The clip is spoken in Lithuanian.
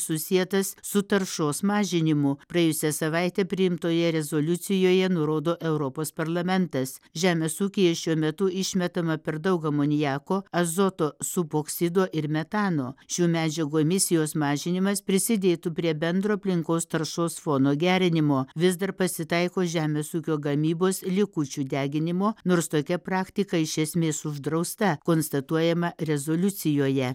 susietas su taršos mažinimu praėjusią savaitę priimtoje rezoliucijoje nurodo europos parlamentas žemės ūkyje šiuo metu išmetama per daug amoniako azoto suboksido ir metano šių medžiagų emisijos mažinimas prisidėtų prie bendro aplinkos taršos fono gerinimo vis dar pasitaiko žemės ūkio gamybos likučių deginimo nors tokia praktika iš esmės uždrausta konstatuojama rezoliucijoje